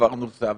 ושכבר נוסה.